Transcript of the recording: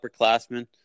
upperclassmen